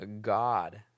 God